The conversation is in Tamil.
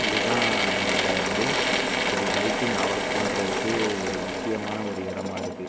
இதுதான் என்னோட வந்து ஒரு பைக்கிங் ஆவலை தூண்டுவதுக்கு ஒரு முக்கியமான ஒரு இடமாருக்கு